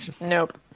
Nope